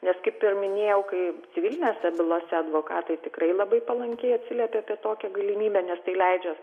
nes kaip jau minėjau kai civilinėse bylose advokatai tikrai labai palankiai atsiliepia apie tokią galimybę nes tai leidžia